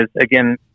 again